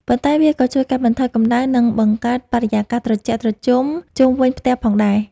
ប៉ុន្តែវាក៏ជួយកាត់បន្ថយកម្ដៅ និងបង្កើតបរិយាកាសត្រជាក់ត្រជុំជុំវិញផ្ទះផងដែរ។